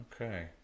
Okay